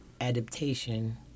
adaptation